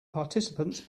participants